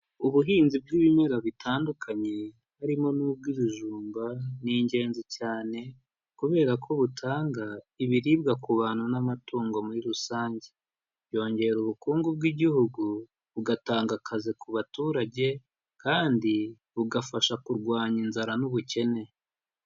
Ubuhinzi bw'ibimera bitandukanye, harimo n'ubw'ibijumba ni ingenzi cyane kubera ko butanga ibiribwa ku bantu n'amatungo muri rusange, byongera ubukungu bw'igihugu, bugatanga akazi ku baturage, kandi bugafasha kurwanya inzara n'ubukene.